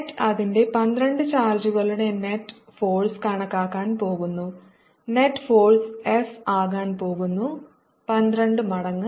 net അതിന്റെ 12 ചാർജുകളുടെ net force കണക്കാക്കാൻ പോകുന്നു നെറ്റ് ഫോഴ്സ് F ആകാൻ പോകുന്നു 12 മടങ്ങ്